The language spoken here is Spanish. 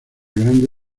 grande